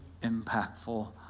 impactful